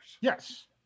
Yes